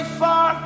far